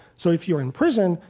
so if you're in prison,